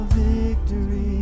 victory